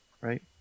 Right